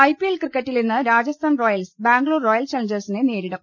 IPL ക്രിക്കറ്റിൽ ഇന്ന് Rajasthan Royals Bangalore Royal ചാലഞ്ചേഴ്സിനെ നേരിടും